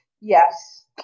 Yes